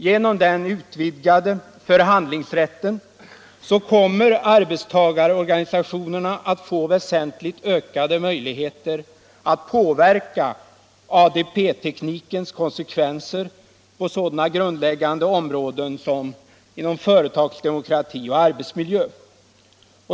Genom den utvidgade förhandlingsrätten kommer arbetstagarorganisationerna att få väsentligt ökade möjligheter att påverka ADB-teknikens konsekvenser på sådana grundläggande områden som inom företagsdemokrati och arbetsmiljö.